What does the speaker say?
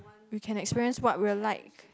you can experience what we're like